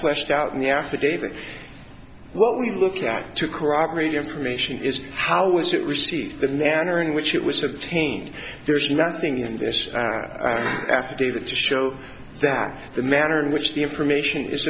fleshed out in the affidavit what we look out to corroborate information is how was it received the manner in which it was obtained there's nothing in this affidavit to show that the manner in which the information is